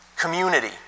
community